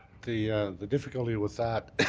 the the difficulty with that